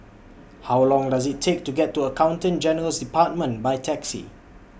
How Long Does IT Take to get to Accountant General's department By Taxi